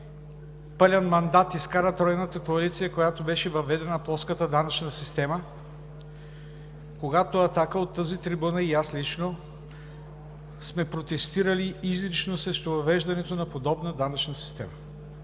Пълен мандат изкара тройната коалиция, когато беше въведена плоската данъчна система, когато „Атака“ от тази трибуна, и аз лично, сме протестирали изрично срещу въвеждането на подобна данъчна система.